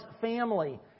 family